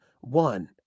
One